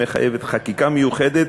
שמחייבת חקיקה מיוחדת,